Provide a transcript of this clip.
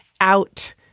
out